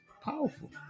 powerful